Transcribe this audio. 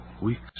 weeks